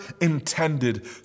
intended